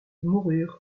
moururent